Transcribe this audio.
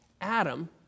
Adam